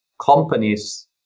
companies